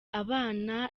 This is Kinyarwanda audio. abana